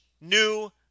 new